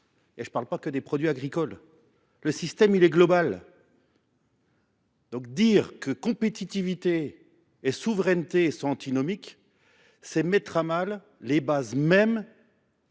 Cela ne vaut pas que pour les produits agricoles : ce système est global. Dire que compétitivité et souveraineté sont antinomiques, c’est mettre à mal les bases mêmes